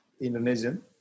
Indonesian